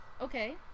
Okay